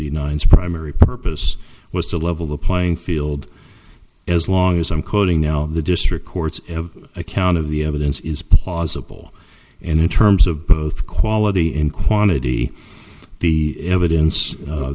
eighty nine spry mary purpose was to level the playing field as long as i'm quoting now the district courts account of the evidence is plausible and in terms of both quality and quantity the evidence